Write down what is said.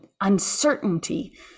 uncertainty